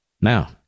Now